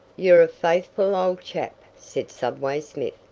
you're a faithful old chap, said subway smith,